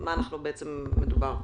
שתסביר על מה מדובר פה.